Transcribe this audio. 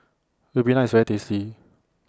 Ribena IS very tasty